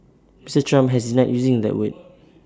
Mr Trump has not using that word